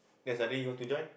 then Sunday you want to join